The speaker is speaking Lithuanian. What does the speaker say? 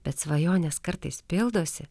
bet svajonės kartais pildosi